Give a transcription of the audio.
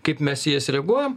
kaip mes į jas reaguojam